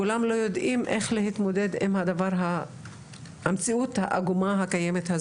כולם לא יודעים איך להתמודד עם המציאות העגומה הקיימת.